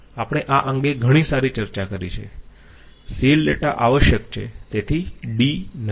આપણે આ અંગે ઘણી સારી ચર્ચા કરી છે CL ડેટા આવશ્યક છે તેથી d નથી